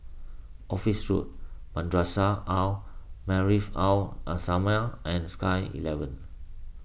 Office Road Madrasah Al Maarif Al Islamiah and Sky eleven